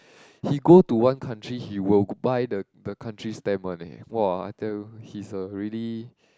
he go to one country he will g~ buy the the country stamp one leh !wah! I tell you he's a really